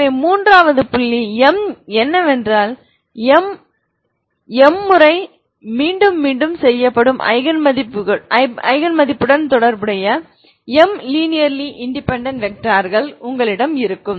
எனவே மூன்றாவது புள்ளி m என்னவென்றால் m முறை மீண்டும் மீண்டும் செய்யப்படும் ஐகன் மதிப்புடன் தொடர்புடைய m லினேர்லி இன்டெபேன்டென்ட் வெக்டார்கள் உங்களிடம் இருக்கும்